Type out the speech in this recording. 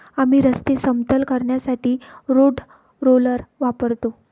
आम्ही रस्ते समतल करण्यासाठी रोड रोलर वापरतो